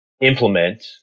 implement